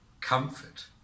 comfort